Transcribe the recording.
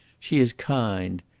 she is kind.